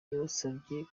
yabasabye